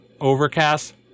Overcast